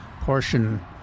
portion